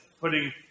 putting